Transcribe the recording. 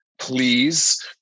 please